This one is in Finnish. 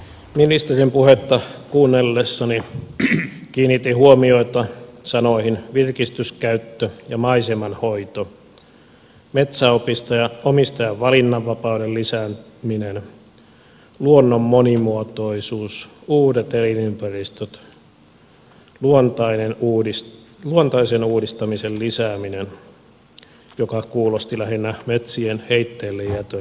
ministerin puhetta kuunnellessani kiinnitin huomiota sanoihin virkistyskäyttö ja maisemanhoito metsänomistajan valinnanvapauden lisääminen luonnon monimuotoisuus uudet elinympäristöt luontaisen uudistamisen lisääminen joka kuulosti lähinnä metsien heitteillejätön lisäämiseltä